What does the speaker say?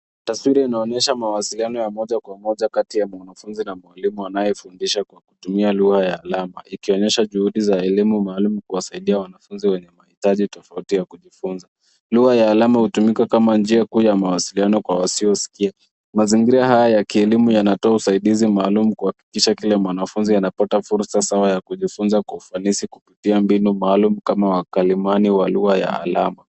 Taswira hii inaonyesha mawasiliano ya moja kwa moja kati ya mwanafunzi na mwalimu kwa kutumia lugha ya alama. Inaonyesha jitihada za walimu kusaidia wanafunzi wenye mahitaji maalumu katika kujifunza. Lugha ya alama inatumika kama njia ya mawasiliano kwa wasiosikii. Mbinu hizi za kielimu zinatoa msaada kwa wanafunzi, huku walimu wakiwa kama wakalimani wa lugha ya alama kuhakikisha wanafunzi wanapata elimu kwa usahihi.